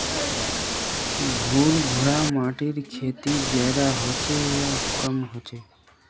भुर भुरा माटिर खेती ज्यादा होचे या कम होचए?